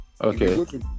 Okay